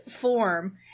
form